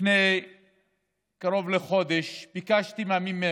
לפני קרוב לחודש ביקשתי מהממ"מ,